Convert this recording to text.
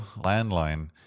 landline